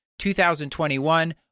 2021